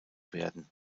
werden